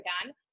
again